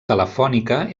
telefònica